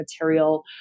material